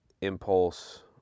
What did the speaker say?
Impulse